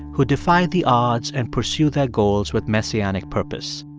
who defy the odds and pursue their goals with messianic purpose.